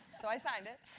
so i signed it.